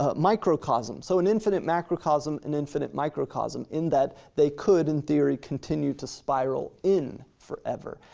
ah microcosm, so an infinite macrocosm, an infinite microcosm in that they could, in theory, continue to spiral in forever.